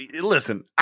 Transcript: Listen